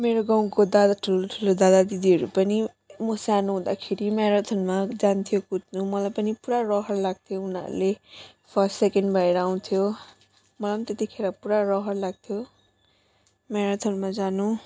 मेरो गाउँको दादा ठुलो ठुलो दादा दिदीहरू पनि म सानो हुँदाखेरि म्याराथनमा जान्थ्यो कुद्नु मलाई पनि पुरा रहर लाग्थ्यो उनीहरूले फर्स्ट सेकेन्ड भएर आउँथ्यो मलाई पनि त्यतिखेर पुरा रहर लाग्थ्यो म्याराथनमा जानु